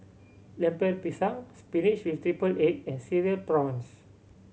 Lemper Pisang spinach with triple egg and Cereal Prawns